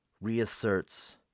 reasserts